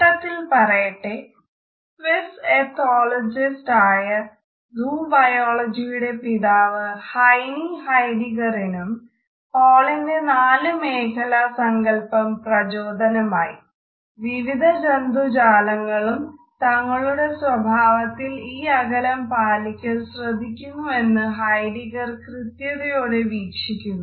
കൂട്ടത്തിൽ പറയട്ടേ Swiss ethologist കൃത്യതയോടെ വീക്ഷിക്കുന്നു